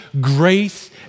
grace